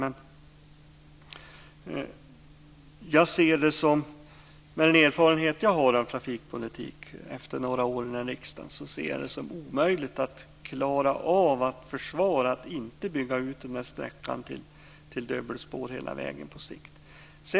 Med den erfarenhet som jag har av trafikpolitik efter några år här i riksdagen ser jag det som omöjligt att försvara att man inte på sikt skulle bygga ut sträckan till dubbelspår hela vägen.